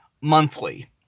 monthly